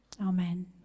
Amen